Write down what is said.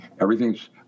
everything's